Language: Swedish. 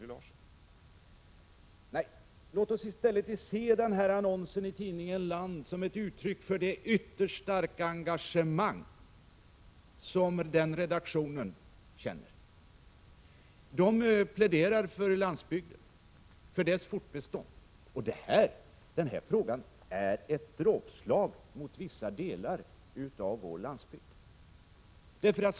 Nej, låt oss i stället se annonsen i tidningen Land som ett uttryck för det ytterst starka engagemang som redaktionen känner. Man pläderar för landsbygden och dess fortbestånd. Det här förslaget är ett dråpslag mot vissa delar av vår landsbygd.